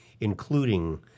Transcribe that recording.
including